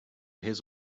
his